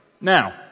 Now